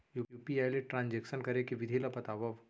UPI ले transaction करे के विधि ला बतावव?